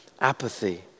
apathy